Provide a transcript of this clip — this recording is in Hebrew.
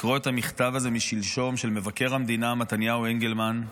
של מבקר המדינה מתניהו אנגלמן.